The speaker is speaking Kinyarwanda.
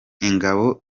ingabo